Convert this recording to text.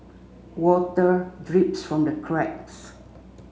water drips from the cracks